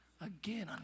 again